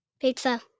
Pizza